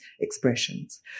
expressions